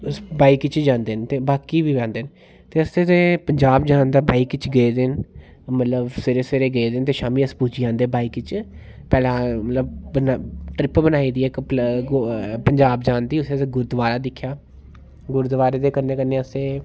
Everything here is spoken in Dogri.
अस बाइक च जंदे न ते बाकी बी जंदे न ते असें ते पंजाब जान तां बाइक इच गेदे न मतलब सबेरे सबेरे गेदे न ते शामी अस पुज्जी जंदे बाइक च ट्रिप बनाई दी इक पंजाब जान दी उत्थै इक गुरूद्वारा दिक्खेआ गुरूद्वारे दे कन्नै कन्नै असें